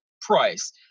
price